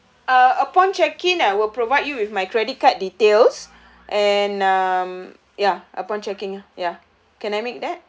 uh upon check in I will provide you with my credit card details and um ya upon check in ah ya can I make that